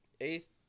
Eighth